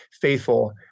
faithful